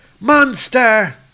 Monster